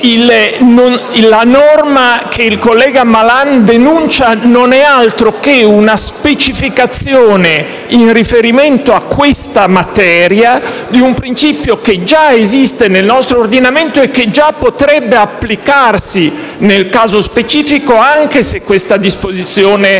la norma che il collega Malan denuncia non è altro che una specificazione, in riferimento a questa materia, di un principio che già esiste nel nostro ordinamento e che già potrebbe applicarsi nel caso specifico anche se questa disposizione non venisse